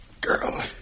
girl